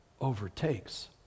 overtakes